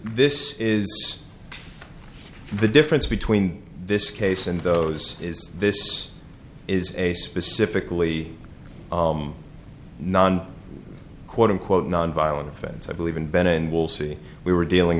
this is the difference between this case and those is this is a specifically non quote unquote nonviolent offenses i believe in ben and will see we were dealing